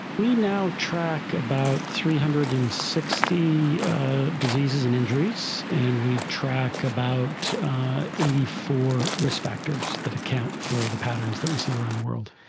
we now track about three hundred and sixty diseases and injuries and we track about eighty four risk factors that account for the patterns that we see around the world.